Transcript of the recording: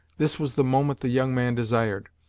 this was the moment the young man desired.